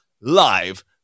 live